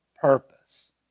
purpose